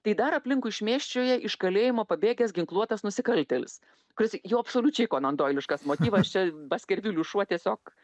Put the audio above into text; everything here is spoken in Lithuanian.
tai dar aplinkui šmėkščioja iš kalėjimo pabėgęs ginkluotas nusikaltėlis kuris jau absoliučiai konandoiliškas motyvas čia baskervilių šuo tiesiog